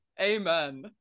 Amen